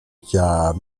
job